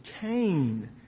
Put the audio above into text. Cain